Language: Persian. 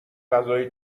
غذا